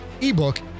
ebook